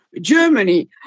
Germany